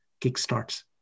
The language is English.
kickstarts